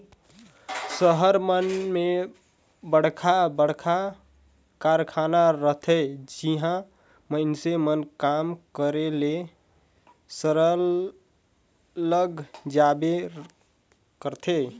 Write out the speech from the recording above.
सहर मन में बड़खा बड़खा कारखाना रहथे जिहां मइनसे मन काम करे ले सरलग जाबे करथे